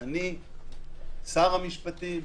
- אני שר המשפטים,